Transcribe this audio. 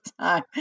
time